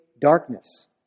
darkness